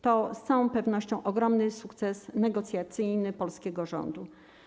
To z całą pewnością ogromny sukces negocjacyjny polskiego rządu.